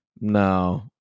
no